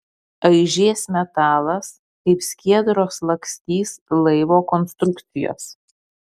aižės metalas kaip skiedros lakstys laivo konstrukcijos